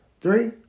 Three